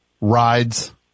rides